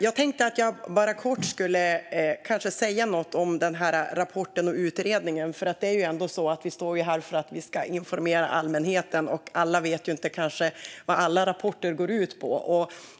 Jag tänkte att jag kort skulle säga något om rapporten och utredningen, för vi står ändå här för att vi ska informera allmänheten, och alla vet kanske inte vad alla rapporter går ut på.